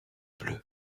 bleu